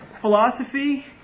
philosophy